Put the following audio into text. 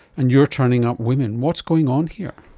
and you're turning up women. what's going on here?